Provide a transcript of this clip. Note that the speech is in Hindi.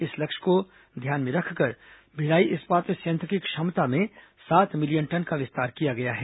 इस लक्ष्य को ध्यान में रखकर भिलाई इस्पात संयंत्र की क्षमता में सात मिलियन टन का विस्तार किया गया है